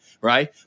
right